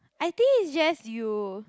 I think it's just you